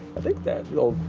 i think that, well,